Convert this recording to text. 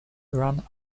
ran